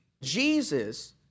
Jesus